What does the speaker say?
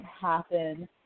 happen